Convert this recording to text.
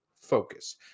focus